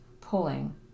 pulling